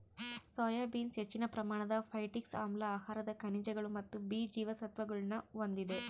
soya beans ಹೆಚ್ಚಿನ ಪ್ರಮಾಣದ phytic ಆಮ್ಲ ಆಹಾರದ ಖನಿಜಗಳು ಮತ್ತು ಬಿ ಜೀವಸತ್ವಗುಳ್ನ ಹೊಂದಿದೆ